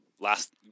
last